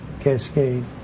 cascade